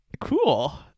cool